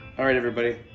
alright, everybody.